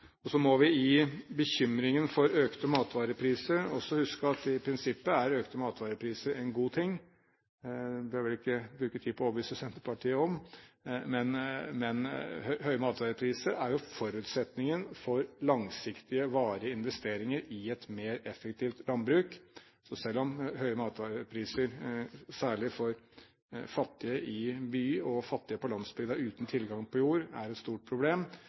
Så må vi i bekymringen for økte matvarepriser også huske at i prinsippet er økte matvarepriser en god ting – det bør jeg vel ikke bruke tid på å overbevise Senterpartiet om. Høye matvarepriser er jo forutsetningen for langsiktige, varige investeringer i et mer effektivt landbruk. Selv om høye matvarepriser, særlig for fattige i byer og fattige på landsbygda uten tilgang på jord, er et stort problem,